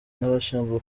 n’abashinzwe